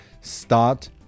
start